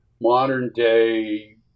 modern-day